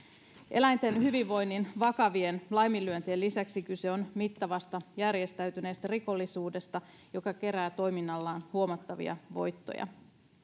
eläinten hyvinvoinnin vakavien laiminlyöntien lisäksi kyse on mittavasta järjestäytyneestä rikollisuudesta joka kerää toiminnallaan huomattavia voittoja